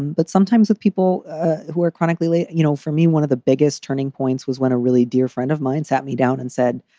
but sometimes with people who are chronically late. you know for me, one of the biggest turning points was when a really dear friend of mine sat me down and said,